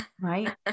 right